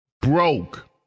Broke